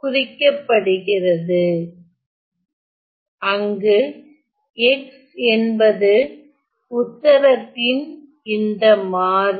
குறிக்கப்படுகிறது அங்கு x என்பது உத்தரத்தின் இந்த மாறி